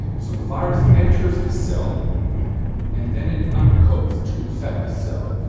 so the virus enters the cell and then it uncoats to infect the cell,